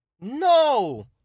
No